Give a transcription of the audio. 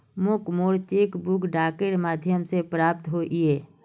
मोक मोर cheque book डाकेर माध्यम से प्राप्त होइए